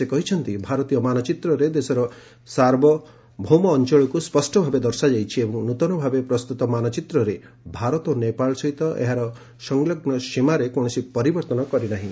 ସେ କହିଛନ୍ତି ଭାରତୀୟ ମାନଚିତ୍ରରେ ଦେଶର ସାର୍ବଭୌମ ଅଞ୍ଚଳକୁ ସ୍ୱଷ୍ଟ ଭାବରେ ଦର୍ଶାଯାଇଛି ଏବଂ ନୃତନ ଭାବେ ପ୍ରସ୍ତୁତ ମାନଚିତ୍ରରେ ଭାରତ ନେପାଳ ସହିତ ଏହାର ସଂଲଗ୍ନ ସୀମାରେ କୌଣସି ପରିବର୍ତ୍ତନ କରିନାହିଁ